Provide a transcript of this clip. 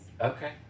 Okay